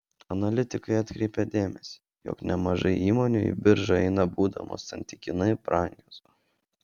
analitikai atkreipia dėmesį jog nemažai įmonių į biržą eina būdamos santykinai brangios